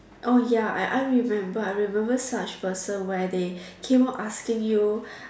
oh ya I I remember I remember such person where they keep on asking you